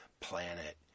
planet